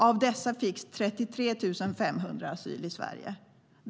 Av dessa fick 33 500 asyl i Sverige.